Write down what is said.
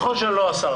נכון שאני עכשיו לא השר,